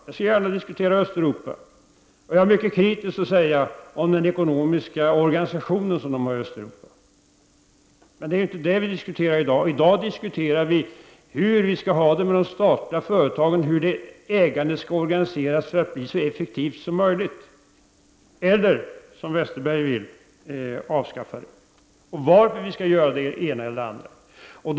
Jag skall gärna diskutera Östeuropa, och jag har mycket kritiskt att säga om den ekonomiska organisation som man har i Östeuropa. I dag diskuterar vi emellertid hur vi skall ha det med de statliga företagen, hur ägandet skall organiseras för att bli så effektivt som möjligt eller, som Per Westerberg vill, om vi skall avskaffa det. Det gäller alltså om vi skall göra det ena eller det andra.